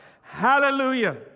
Hallelujah